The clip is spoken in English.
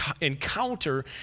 encounter